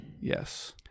yes